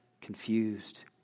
confused